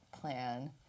plan